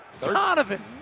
Donovan